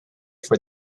for